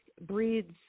breeds